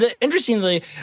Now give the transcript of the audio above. interestingly